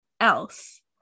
else